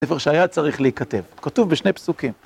ספר שהיה צריך להיכתב. כתוב בשני פסוקים.